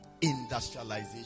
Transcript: Industrialization